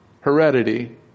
heredity